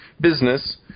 business